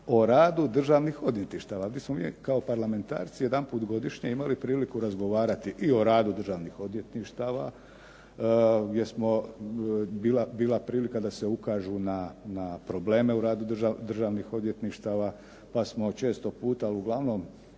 o radu državnih odvjetništava. Mi smo kao parlamentarci jedanput godišnje imali priliku razgovarati i o radu državnih odvjetništava, gdje smo, bila prilika da se ukažu na probleme u radu državnih odvjetništava, pa smo često puta uglavnom